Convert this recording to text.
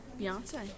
Beyonce